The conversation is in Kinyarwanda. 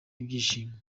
ibyishimo